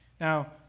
Now